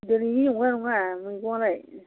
दिनैनि नंगौना नङा मैगङालाय